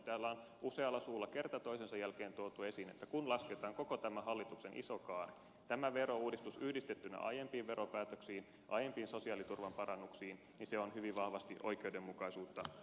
täällä on usealla suulla kerta toisensa jälkeen tuotu esiin että kun lasketaan koko tämä hallituksen iso kaari tämä verouudistus yhdistettynä aiempiin veropäätöksiin aiempiin sosiaaliturvan parannuksiin niin se on hyvin vahvasti oikeudenmukaisuutta tukeva